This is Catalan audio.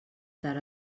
tard